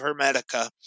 Hermetica